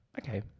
okay